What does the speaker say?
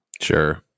sure